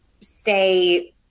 stay